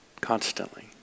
constantly